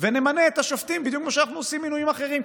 ונמנה את השופטים בדיוק כמו שאנחנו עושים מינויים אחרים.